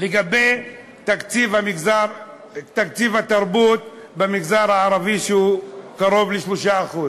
לגבי תקציב התרבות במגזר הערבי, שהוא קרוב ל-3%.